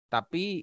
Tapi